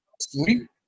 sleep